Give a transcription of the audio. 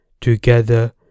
together